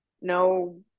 no